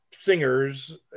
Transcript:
singers